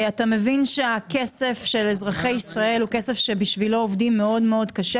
אתה מבין שהכסף של אזרחי ישראל הוא כסף שבשבילו עובדים מאוד מאוד קשה,